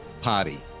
party